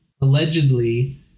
allegedly